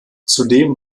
zudem